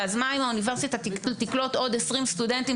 ואז מה אם האוניברסיטה תקלוט עוד 20 סטודנטים?